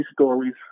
stories